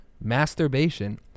masturbation